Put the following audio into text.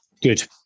Good